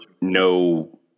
no